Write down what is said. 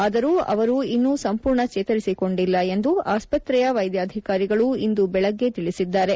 ಆದರೂ ಅವರು ಇನ್ನೂ ಸಂಪೂರ್ಣ ಚೇತರಿಸಿಕೊಂಡಿಲ್ಲ ಎಂದು ಆಸ್ವತ್ರೆಯ ವೈದ್ಯಾಧಿಕಾರಿಗಳು ಇಂದು ಬೆಳಿಗ್ಗೆ ತಿಳಿಸಿದ್ದಾರೆ